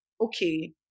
okay